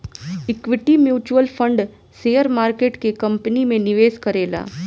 equity mutual fund share market के company में निवेश करेला